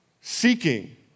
seeking